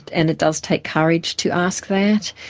and it does take courage to ask that.